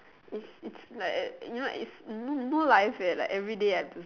is it's like a you know it's no no life eh like everyday I have to